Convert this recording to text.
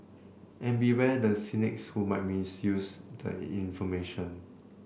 and beware the cynics who might misuse the information